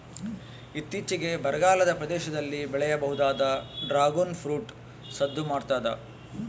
ಇತ್ತೀಚಿಗೆ ಬರಗಾಲದ ಪ್ರದೇಶದಲ್ಲಿ ಬೆಳೆಯಬಹುದಾದ ಡ್ರಾಗುನ್ ಫ್ರೂಟ್ ಸದ್ದು ಮಾಡ್ತಾದ